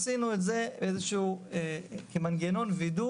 עשינו את זה כאיזשהו מנגנון וידוא